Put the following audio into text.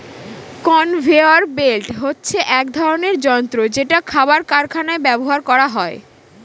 conveyor belt হচ্ছে এক ধরনের যন্ত্র যেটা খাদ্য কারখানায় ব্যবহার করা হয়